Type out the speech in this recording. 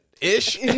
ish